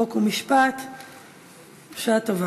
חוק ומשפט נתקבלה.